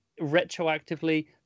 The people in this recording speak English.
retroactively